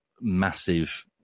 massive